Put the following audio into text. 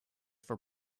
for